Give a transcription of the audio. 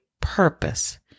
purpose